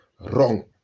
wrong